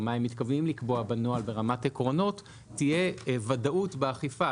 או מה הם מתכוונים לקבוע בנוהל ברמת עקרונות תהיה ודאות באכיפה.